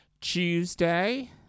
Tuesday